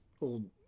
old